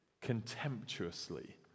contemptuously